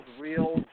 real